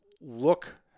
look